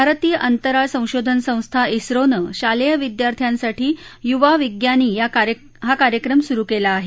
भारतीय अंतराळ संशोधन संस्था ओनं शालेय विद्यार्थ्यांसाठी यूवा विग्यानी कार्यक्रम सुरू केला आहे